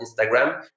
Instagram